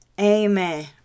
Amen